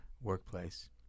workplace